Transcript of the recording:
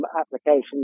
applications